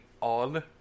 on